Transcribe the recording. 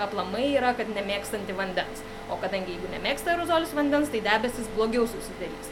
aplamai yra kad nemėgstanti vandens o kadangi jeigu nemėgsta aerozolis vandens tai debesys blogiau susidarys